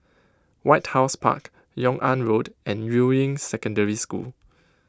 White House Park Yung An Road and Yuying Secondary School